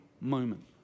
moment